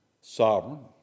Sovereign